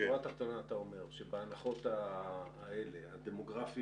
שורה תחתונה, אתה אומר שבהנחות האלה, הדמוגרפיות,